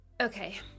Okay